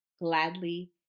gladly